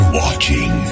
watching